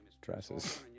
dresses